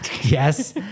yes